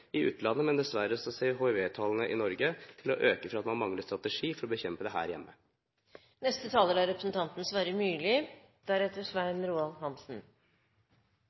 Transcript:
i utlandet, men dessverre ser det ut til at hiv-tallene i Norge vil øke fordi man mangler en strategi for å bekjempe det her hjemme.